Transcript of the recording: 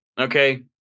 okay